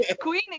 queen